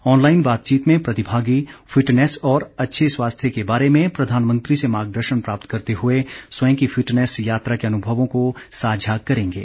online बातचीत में प्रतिभागी फिटनेस और अच्छे स्वास्थ्य के बारे में प्रधानमंत्री से मार्गदर्शन प्राप्त करते हुए स्वयं की फिटनेस यात्रा के अनुभवों को साझा करेंगे